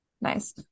nice